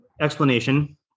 explanation